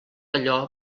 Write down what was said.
allò